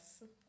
yes